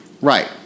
right